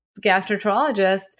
gastroenterologists